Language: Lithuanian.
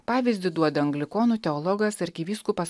pavyzdį duoda anglikonų teologas arkivyskupas